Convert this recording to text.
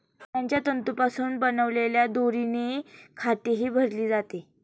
पानांच्या तंतूंपासून बनवलेल्या दोरीने खाटही भरली जाते